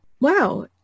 Wow